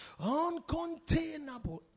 uncontainable